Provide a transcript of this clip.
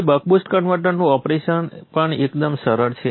હવે buck boost કન્વર્ટરનું operation પણ એકદમ સરળ છે